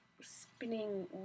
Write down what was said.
spinning